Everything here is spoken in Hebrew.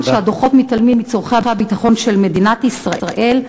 הדוחות מתעלמים מצורכי הביטחון של מדינת ישראל,